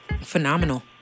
Phenomenal